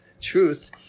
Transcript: truth